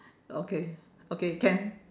okay okay can